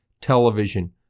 television